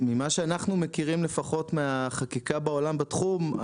ממה שאנחנו מכירים לפחות מהחקיקה בעולם בתחום,